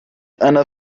einer